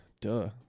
Duh